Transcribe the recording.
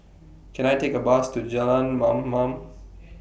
Can I Take A Bus to Jalan Mamam